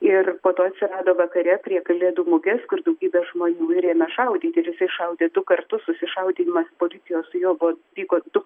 ir po to atsirado vakare prie kalėdų mugės kur daugybė žmonių ir ėmė šaudyt ir jisai šaudė du kartus susišaudymas policijos su juo buvo vyko du